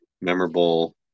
memorable